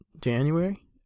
January